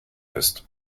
ist